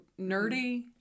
nerdy